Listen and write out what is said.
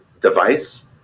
device